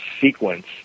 sequence